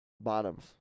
bottoms